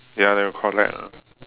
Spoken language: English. ya they will collect lah